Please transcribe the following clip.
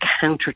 counter